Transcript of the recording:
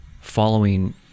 following